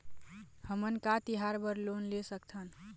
हमन का तिहार बर लोन ले सकथन?